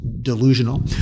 delusional